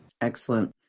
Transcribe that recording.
Excellent